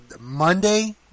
Monday